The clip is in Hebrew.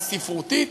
הספרותית,